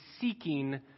seeking